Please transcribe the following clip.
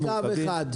זה קו אחד.